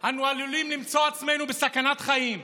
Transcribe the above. אנו עלולים למצוא את עצמנו בסכנת חיים.